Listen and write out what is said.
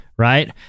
Right